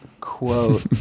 Quote